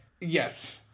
Yes